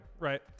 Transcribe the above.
right